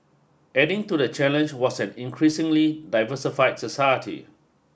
adding to the challenge was an increasingly diversified society